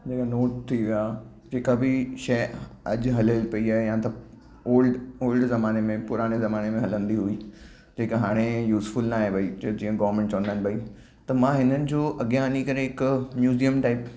जेका नोट थी विया जेका बि शइ अॼु हलनि पई आहे या त ओल्ड ओल्ड ज़माने में पुराणे ज़माने में हलंदी हुई जेका हाणे यूज़फुल न आहे भई त जीअं गॉमेंट चवंदा आहिनि भई त मां हिननि जो अॻियां हली करे हिकु म्यूज़ीयम टाइप